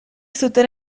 zuten